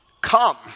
Come